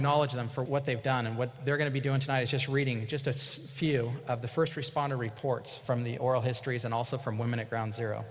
knowledge them for what they've done and what they're going to be doing just reading just a few of the first responder reports from the oral histories and also from women at ground zero